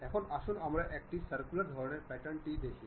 এখন আসুন আমরা একটি সার্কুলার ধরণের প্যাটার্ন টি দেখি